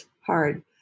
hard